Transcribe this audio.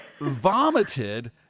Vomited